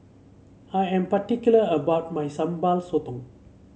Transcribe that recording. I am particular about my Sambal Sotong